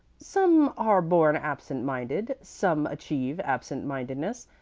some are born absent-minded, some achieve absent-mindedness,